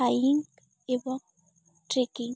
ଏବଂ ଟ୍ରେକିଂ